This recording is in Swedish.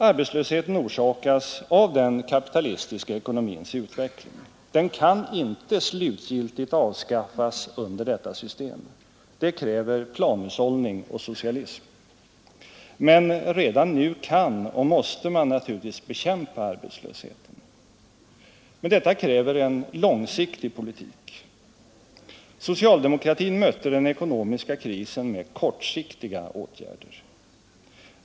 Arbetslösheten orsakas av den kapitalistiska ekonomins utveckling. Den kan inte slutgiltigt avskaffas under detta system. Det kräver planhushållning och socialism. Men redan nu kan och måste man naturligtvis bekämpa arbetslösheten. Detta kräver dock en långsiktig politik. Socialdemokratin mötte den ekonomiska krisen med kortsiktiga åtgärder.